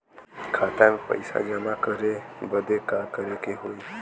खाता मे पैसा जमा करे बदे का करे के होई?